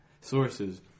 Sources